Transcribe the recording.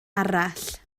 arall